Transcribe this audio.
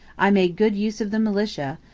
i made good use of the militia,